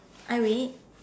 I wait